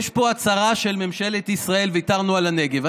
יש פה הצהרה של ממשלת ישראל: ויתרנו על הנגב.